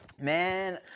Man